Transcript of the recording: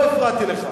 לא הפרעתי לך.